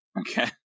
Okay